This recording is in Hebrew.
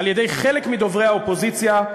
אצל חלק מדוברי האופוזיציה,